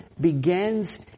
begins